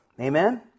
Amen